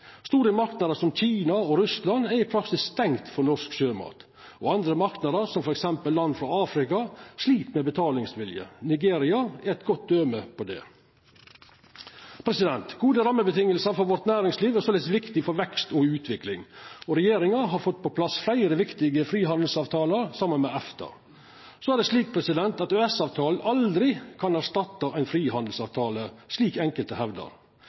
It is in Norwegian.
Store marknader som Kina og Russland er i praksis stengde for norsk sjømat. Andre marknader som f.eks. land frå Afrika slit med betalingsevne. Nigeria er eit godt døme på det. Gode rammevilkår for vårt næringsliv er såleis viktig for vekst og utvikling, og regjeringa har fått på plass fleire viktige frihandelsavtalar saman med EFTA. Så er det slik at EØS-avtalen aldri kan verta erstatta av ein frihandelsavtale, slik enkelte hevdar.